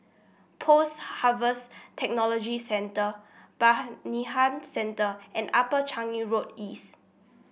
Post Harvest Technology Centre Centre and Upper Changi Road East